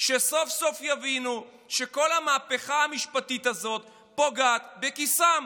שסוף-סוף יבינו שכל המהפכה המשפטית הזאת פוגעת בכיסם.